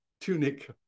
tunic